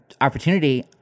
opportunity